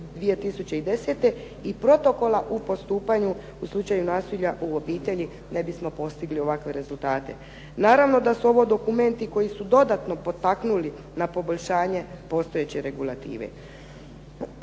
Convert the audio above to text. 2010. i protokola u postupanju u slučaju nasilja u obitelji, ne bismo postigli ovakve rezultate. Naravno da su ovo dokumenti koji su dodatno potaknuli na poboljšanje postojeće regulative.